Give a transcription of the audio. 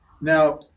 Now